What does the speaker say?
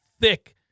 thick